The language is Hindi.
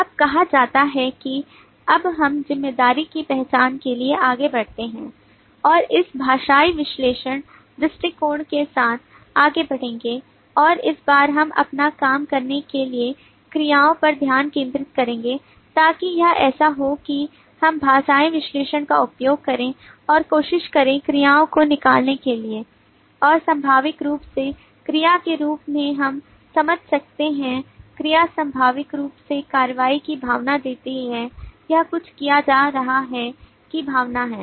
अब कहा जाता है कि अब हम जिम्मेदारी की पहचान के लिए आगे बढ़ते हैं और हम भाषाई विश्लेषण दृष्टिकोण के साथ आगे बढ़ेंगे और इस बार हम अपना काम करने के लिए क्रियाओं पर ध्यान केंद्रित करेंगे ताकि यह ऐसा हो कि हम भाषाई विश्लेषण का उपयोग करें और कोशिश करें क्रियाओं को निकालने के लिए और स्वाभाविक रूप से क्रिया के रूप में हम समझ सकते हैं क्रिया स्वाभाविक रूप से कार्रवाई की भावना देती है यह कुछ किया जा रहा है की भावना है